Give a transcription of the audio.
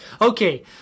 Okay